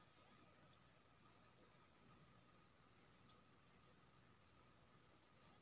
NGO गैर सरकारी संस्था छै जे समाजक निचला तबका लेल काज करय छै